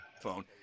Phone